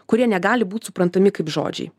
kurie negali būt suprantami kaip žodžiai